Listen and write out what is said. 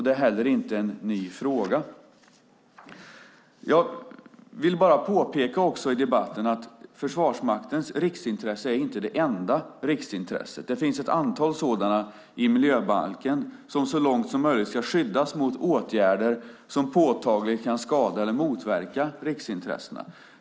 Det är heller inte en ny fråga. Jag vill också påpeka i debatten att Försvarsmaktens riksintresse inte är det enda riksintresset. Det finns ett antal sådana i miljöbalken som så långt som möjligt ska skyddas mot åtgärder som påtagligt kan skada eller motverka riksintressena.